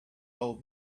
old